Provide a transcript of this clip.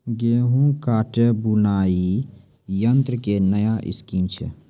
गेहूँ काटे बुलाई यंत्र से नया स्कीम छ?